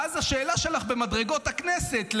ואז השאלה שלך במדרגות הכנסת.